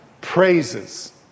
praises